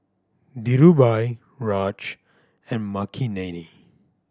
Dhirubhai Raj and Makineni